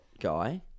guy